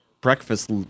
breakfast